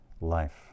life